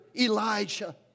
Elijah